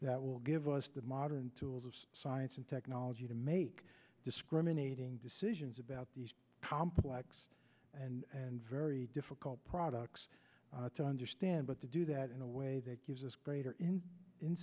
that will give us the modern tools of science and technology to make discriminating decisions about these complex and very difficult products to understand but to do that in a way that gives us greater